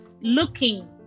looking